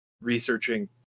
researching